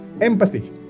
empathy